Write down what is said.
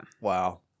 Wow